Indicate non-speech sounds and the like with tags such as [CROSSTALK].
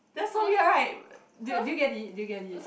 that's so weird right [NOISE] do do you get it do you get it